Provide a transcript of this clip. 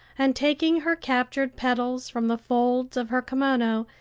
and taking her captured petals from the folds of her kimono,